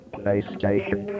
PlayStation